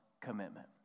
commitment